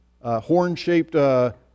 horn-shaped